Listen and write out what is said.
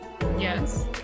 yes